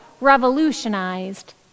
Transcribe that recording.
revolutionized